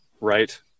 right